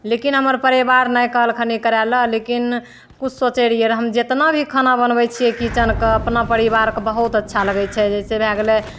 लेकिन हमर परिवार नहि कहलखिन करैले लेकिन किछु सोचै रहिए रहै हम जतना भी खाना बनबै छिए किचनके अपना परिवारके बहुत अच्छा लागै छै जइसे भै गेलै